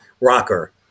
rocker